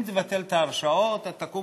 אם תבטל את ההרשאות, תקום